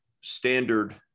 standard